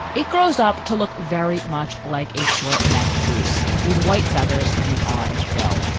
it grows up to look very much like a short necked goose with white feathers and an orange bell